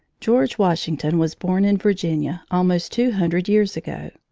george washington was born in virginia almost two hundred years ago.